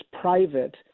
private